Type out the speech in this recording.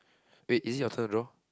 wait is it your turn though